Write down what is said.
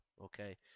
okay